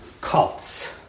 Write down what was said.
cults